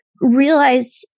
realize